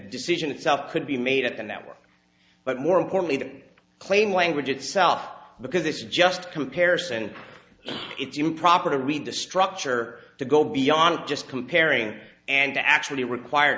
decision itself could be made at the network but more importantly the claim language itself because this is just comparison it's improper to read the structure to go beyond just comparing and to actually require